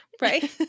Right